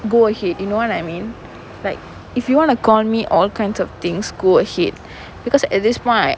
go ahead you know what I mean like if you want to call me all kinds of things go ahead because at this point I